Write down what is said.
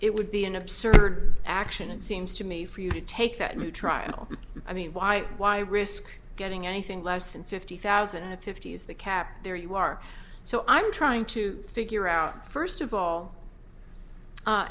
it would be an absurd action it seems to me for you to take that new trial i mean why why risk getting anything less than fifty thousand and fifty as the cap there you are so i'm trying to figure out first of all